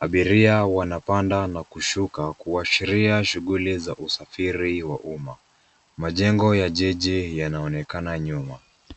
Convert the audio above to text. Abiria wanapanda na kushuka kuashiria shughuli za usafiri wa umma. Majengo ya jiji yanaonekana nyuma.